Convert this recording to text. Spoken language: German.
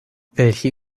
welche